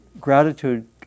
gratitude